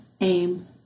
aim